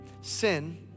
Sin